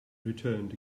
returned